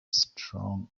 strong